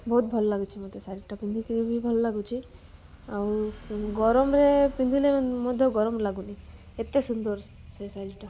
ବହୁତ ଭଲ ଲାଗୁଛି ମୋତେ ଶାଢ଼ୀଟା ପିନ୍ଧିକିରି ବି ଭଲ ଲାଗୁଛି ଆଉ ଗରମରେ ପିନ୍ଧିଲେ ମଧ୍ୟ ଗରମ ଲାଗୁନି ଏତେ ସୁନ୍ଦର ସେ ଶାଢ଼ୀଟା